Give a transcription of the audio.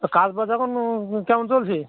তা কাজ বাজ এখন কেমন চলছে